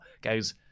goes